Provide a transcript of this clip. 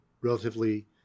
relatively